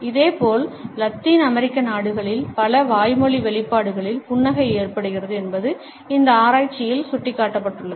இதேபோல் லத்தீன் அமெரிக்க நாடுகளில் பல வாய்மொழி வெளிப்பாடுகளில் புன்னகை ஏற்படுகிறது என்பது இந்த ஆராய்ச்சியில் சுட்டிக்காட்டப்பட்டுள்ளது